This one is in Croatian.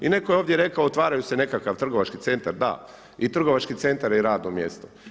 I netko je ovdje rekao, otvaraju se nekakav trgovački centar, da i trgovački centar je radno mjesto.